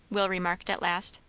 will remarked at last.